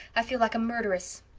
i feel like a murderess.